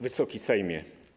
Wysoki Sejmie!